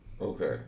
Okay